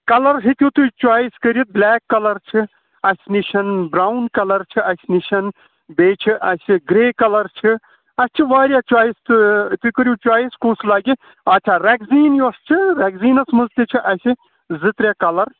colour ہیٚکِو تُہۍ choice کٔرِتھ بُلیک کَلَر چھِ اَسہِ نِش برٛاوُن کَلَر چھِ اَسہِ نِش بیٚیہِ چھِ اَسہِ گرٛے کَلَر چھِ اَسہِ چھِ واریاہ چایِس تہٕ تُہۍ کٔرِو چایِس کُس لَگہِ اَچھا رٮ۪کزیٖن یۄس چھِ رٮ۪کزیٖنَس منٛز تہِ چھِ اَسہِ زٕ ترٛےٚ کَلَر